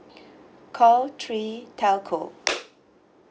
call three telco